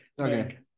Okay